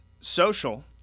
social